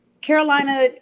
Carolina –